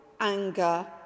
anger